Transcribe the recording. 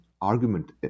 argument